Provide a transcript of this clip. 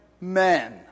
men